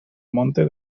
monte